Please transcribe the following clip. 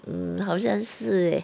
um 好像是 eh